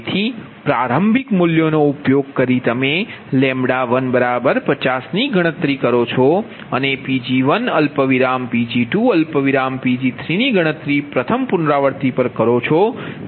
તેથી પ્રારંભિક મુલ્યો નો ઉપયોગ કરી તમે 50 ની ગણતરી કરો છો અને Pg1 Pg2 Pg3 ગણતરી પ્રથમ પુનરાવૃત્તિ પર કરો છો